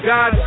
God